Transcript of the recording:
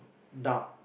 dark